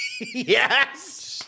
yes